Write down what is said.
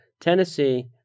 Tennessee